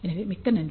எனவே மிக்க நன்றி